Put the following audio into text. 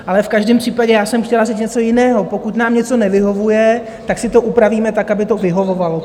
Ale v každém případě já jsem chtěla říct něco jiného: pokud nám něco nevyhovuje, tak si to upravíme tak, aby to vyhovovalo.